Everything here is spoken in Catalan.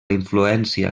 influència